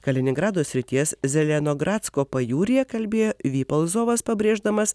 kaliningrado srities zelenogratsko pajūryje kalbėjo vipalzovas pabrėždamas